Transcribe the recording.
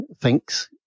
thinks